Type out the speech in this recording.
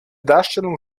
darstellung